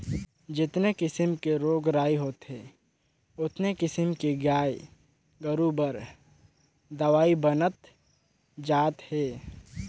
जेतने किसम के रोग राई होथे ओतने किसम के गाय गोरु बर दवई बनत जात हे